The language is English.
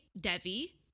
Devi